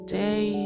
day